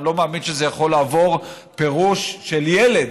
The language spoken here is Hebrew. אני לא מאמין שזה יכול לעבור פירוש של ילד.